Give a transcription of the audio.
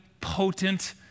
potent